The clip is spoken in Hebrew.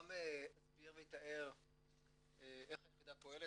אסביר ואתאר איך היחידה פועלת,